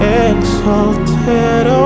exalted